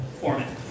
format